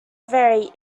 very